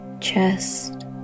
chest